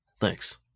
Thanks